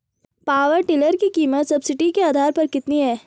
Power tiller की कीमत subsidy के आधार पर कितनी है?